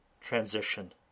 transition